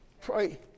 Pray